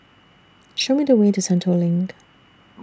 Show Me The Way to Sentul LINK